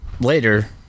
later